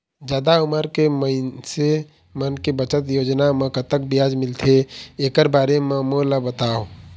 जादा उमर के मइनसे मन के बचत योजना म कतक ब्याज मिलथे एकर बारे म मोला बताव?